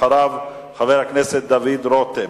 אחריו, חבר הכנסת דוד רותם,